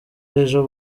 ejo